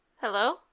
Hello